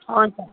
हजुर